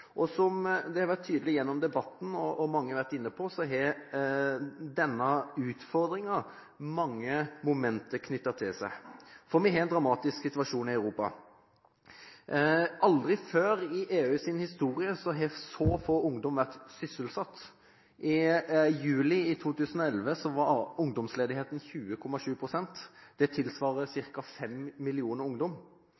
Det har vært tydelig gjennom debatten, og mange har vært inne på det, at denne utfordringen har mange momenter knyttet til seg. Vi har en dramatisk situasjon i Europa. Aldri før i EUs historie har så få ungdommer vært sysselsatt. I juli 2011 var ungdomsledigheten på 20,7 pst. Det tilsvarer